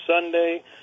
Sunday